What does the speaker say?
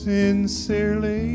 Sincerely